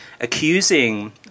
accusing